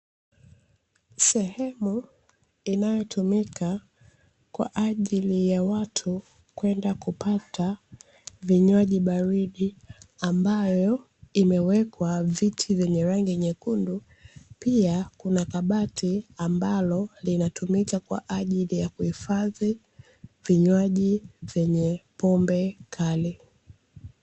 Sehemu inayotumika kwa ajili ya watu kwenda kupata vinywaji baridi, ambayo imewekwa viti vyenye rangi nyekundu, pia kuna kabati ambalo linatumika kwa ajili ya kuhifadhi vinywaji vyenye pombe kali.